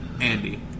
Andy